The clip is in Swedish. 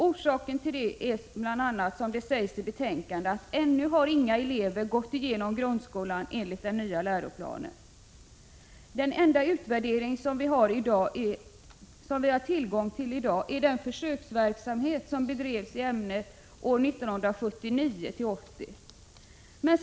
Orsaken härtill är bl.a., som sägs i betänkandet, att ännu inga elever har gått igenom grundskolan enligt den nya läroplanen. Den enda utvärdering som vi i dag har tillgång till är utvärderingen av den försöksverksamhet som bedrevs i ämnet åren 1979—1980.